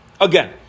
Again